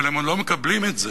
אבל הם לא מקבלים את זה.